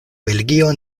belgio